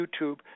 YouTube